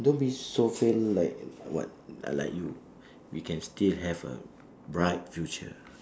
don't be so feel like like what like like you we can still have a bright future